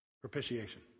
Propitiation